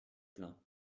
plain